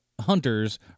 hunters